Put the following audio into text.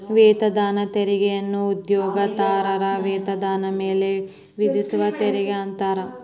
ವೇತನದಾರ ತೆರಿಗೆಯನ್ನ ಉದ್ಯೋಗದಾತರ ವೇತನದಾರ ಮೇಲೆ ವಿಧಿಸುವ ತೆರಿಗೆ ಅಂತಾರ